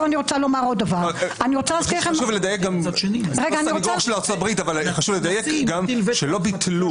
אני לא סניגור של ארצות הברית אבל חשוב לדייק שלא ביטלו